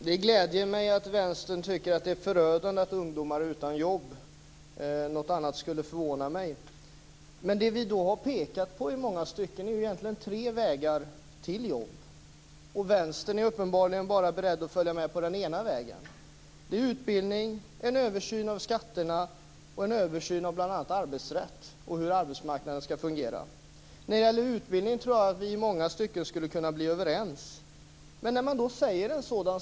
Fru talman! Det gläder mig att Vänstern tycker att det är förödande att ungdomar är utan jobb, något annat skulle förvåna mig. Vi har ju pekat på tre vägar till jobb. Vänstern är uppenbarligen bara beredd att följa med på en väg. De vägar vi pekat på är utbildning, en översyn av skatterna och en översyn av bl.a. arbetsrätten och hur arbetsmarknaden skall fungera. Jag tror att vi i många stycken skulle kunna bli överens när det gäller utbildningen.